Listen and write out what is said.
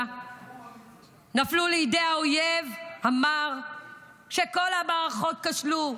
נפלו לידי האויב המר כשכל המערכות כשלו.